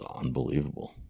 unbelievable